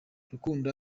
rukundo